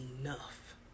enough